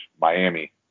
Miami